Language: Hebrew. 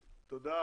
תודה,